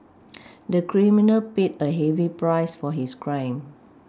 the criminal paid a heavy price for his crime